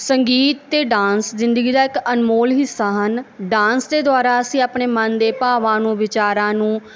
ਸੰਗੀਤ ਅਤੇ ਡਾਂਸ ਜ਼ਿੰਦਗੀ ਦਾ ਇੱਕ ਅਨਮੋਲ ਹਿੱਸਾ ਹਨ ਡਾਂਸ ਦੇ ਦੁਆਰਾ ਅਸੀਂ ਆਪਣੇ ਮਨ ਦੇ ਭਾਵਾਂ ਨੂੰ ਵਿਚਾਰਾਂ ਨੂੰ